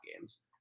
games